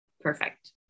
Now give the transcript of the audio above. perfect